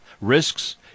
risks